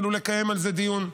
לקיים על זה דיון.